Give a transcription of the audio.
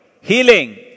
Healing